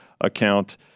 account